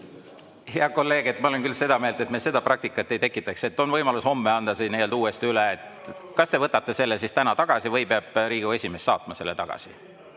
Hea kolleeg, ma olen küll seda meelt, et me seda praktikat ei tekitaks. On võimalus homme anda see uuesti üle. Kas te võtate selle täna tagasi või peab Riigikogu esimees saatma selle tagasi?